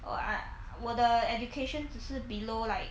what 我的 education 只是 below like